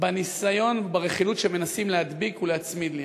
בניסיון וברכילות שמנסים להדביק ולהצמיד לי.